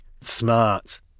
smart